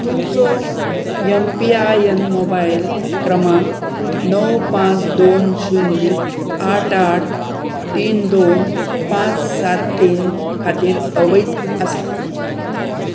तुमचो M P I N mobile क्रमांक णव पांच दोन शुन्य आठ आठ तीन दोन पांच सात तीन खातीर अवैध आसा